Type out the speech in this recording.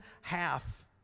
half